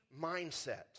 mindset